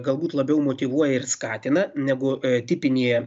galbūt labiau motyvuoja ir skatina negu tipinėje